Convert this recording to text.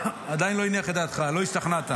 עדיין לא הניח את דעתך, לא השתכנעת.